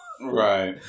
Right